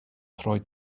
troi